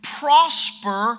prosper